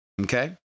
Okay